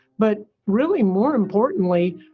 but really more importantly,